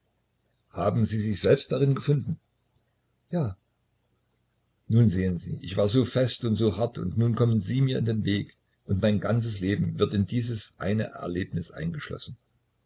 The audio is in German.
haben sie sich selbst darin gefunden ja nun sehen sie ich war so fest und so hart und nun kommen sie mir in den weg und mein ganzes leben wird in dieses eine erlebnis eingeschlossen